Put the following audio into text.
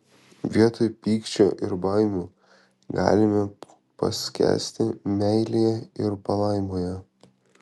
vietoj pykčio ir baimių galime paskęsti meilėje ir palaimoje